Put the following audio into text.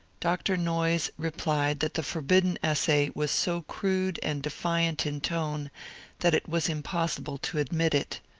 dr. noyes replied that the forbidden essay was so crude and defiant in tone that it was impossible to admit it.